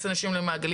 להכניס אנשים למעגלים